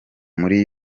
muri